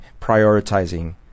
prioritizing